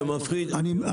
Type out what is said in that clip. זה מפחיד.